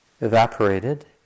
evaporated